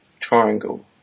triangle